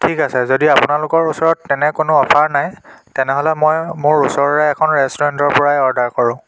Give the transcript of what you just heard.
ঠিক আছে যদি আপোনালোকৰ ওচৰত তেনে কোনো অফাৰ নাই তেনেহ'লে মই মোৰ ওচৰৰে এখন ৰেষ্টুৰেন্টৰ পৰাই অৰ্ডাৰ কৰোঁ